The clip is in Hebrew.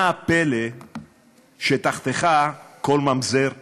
מה הפלא שתחתיך כל ממזר מלך?